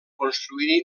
construir